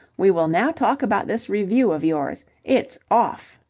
we will now talk about this revue of yours. it's off!